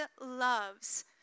loves